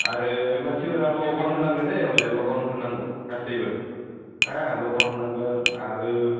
आरो मानसिफोरा लघन होनांगोन दे हले लघन होनांगोन गासैबो हा लघन होनांगोन आरो